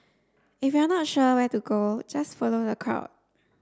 if you're not sure where to go just follow the crowd